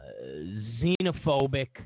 xenophobic